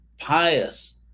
pious